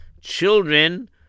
children